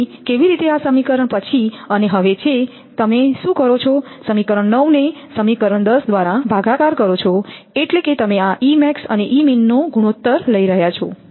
તેથી કેવી રીતે આ સમીકરણ પછી અને હવે છે તમે શું કરો છો સમીકરણ 9 ને સમીકરણ 10 દ્વારા ભાગાકાર કરો છો એટલે કે તમે આ E max અને E min નો ગુણોત્તર લઈ રહ્યા છો